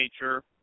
nature